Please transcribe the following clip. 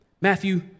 Matthew